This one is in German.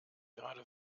gerade